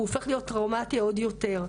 הוא הופך להיות טראומטי עוד יותר.